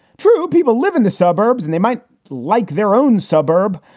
true, people live in the suburbs and they might like their own suburb.